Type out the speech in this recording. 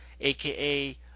aka